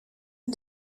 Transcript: and